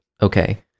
Okay